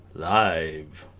live